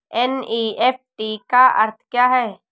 NEFT का अर्थ क्या है?